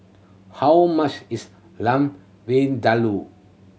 how much is Lamb Vindaloo